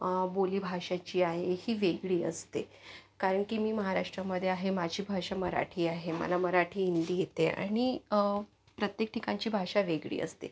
बोली भाषा जी आहे ही वेगळी असते कारण की मी महाराष्ट्रामध्ये आहे माझी भाषा मराठी आहे मला मराठी हिंदी येते आणि प्रत्येक ठिकाणची भाषा वेगळी असते